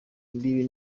imbibi